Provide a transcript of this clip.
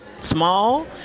small